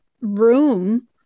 room